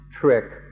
trick